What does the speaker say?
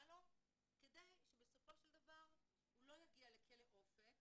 לו כדי שבסופו של דבר הוא לא יגיע לכלא 'אופק',